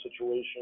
situation